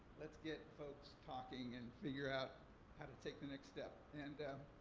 let's get folks talking and figure out how to take the next step. and,